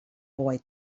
boy